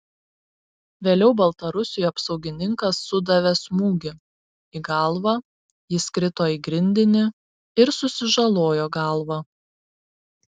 vėliau baltarusiui apsaugininkas sudavė smūgį į galvą jis krito į grindinį ir susižalojo galvą